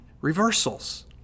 reversals